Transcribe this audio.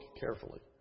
carefully